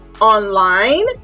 online